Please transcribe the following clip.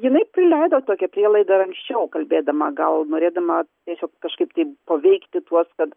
jinai prileido tokią prielaidą anksčiau kalbėdama gal norėdama tiesiog kažkaip taip paveikti tuos kad